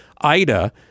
Ida